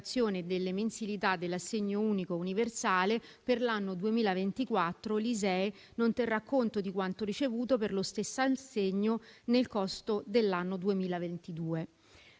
delle mensilità dell'assegno unico universale, per l'anno 2024 l'ISEE non terrà conto di quanto ricevuto per lo stesso assegno nel costo dell'anno 2022.